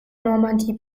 normandie